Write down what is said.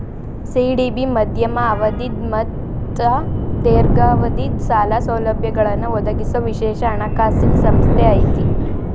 CDB ಮಧ್ಯಮ ಅವಧಿದ್ ಮತ್ತ ದೇರ್ಘಾವಧಿದ್ ಸಾಲ ಸೌಲಭ್ಯಗಳನ್ನ ಒದಗಿಸೊ ವಿಶೇಷ ಹಣಕಾಸಿನ್ ಸಂಸ್ಥೆ ಐತಿ